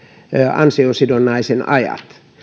ansiosidonnaisen